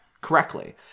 correctly